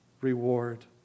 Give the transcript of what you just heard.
reward